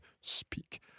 speak